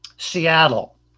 Seattle